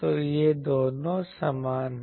तो ये दोनों समान हैं